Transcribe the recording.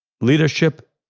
Leadership